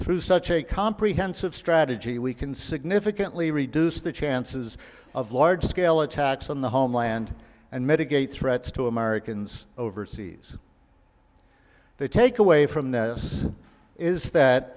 through such a comprehensive strategy we can significantly reduce the chances of large scale attacks on the homeland and mitigate threats to americans overseas they take away from this is that